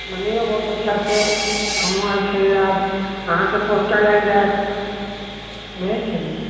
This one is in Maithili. मनैयौ बहुत अच्छा से हमहुँ आर खेलै लै आएब अहाँके पोस्टर लागि जाएत बुझैत छियै ने